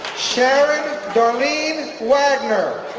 sharon darlene wagner,